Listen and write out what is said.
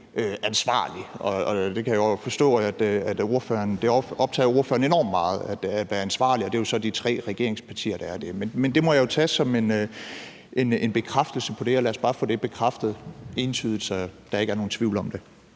ansvarligt, og jeg kan forstå, at det optager ordføreren enormt meget at være ansvarlig, og det er så de tre regeringspartier, der er det. Men det må jeg jo tage som en bekræftelse på det, og lad os bare få det bekræftet entydigt, så der ikke er nogen tvivl om det.